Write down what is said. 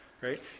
right